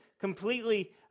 completely